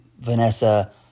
Vanessa